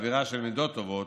אווירה של מידות טובות,